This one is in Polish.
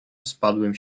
spadłym